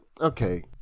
okay